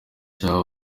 yahawe